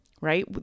Right